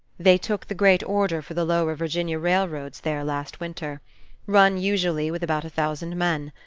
they took the great order for the lower virginia railroads there last winter run usually with about a thousand men.